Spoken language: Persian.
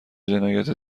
جنایت